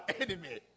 enemy